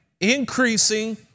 increasing